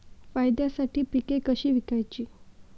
फायद्यासाठी पिके कशी विकायची?